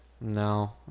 No